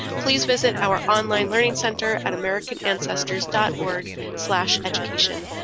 please visit our online learning center at american ancestors dot org slash education.